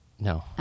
No